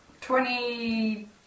Twenty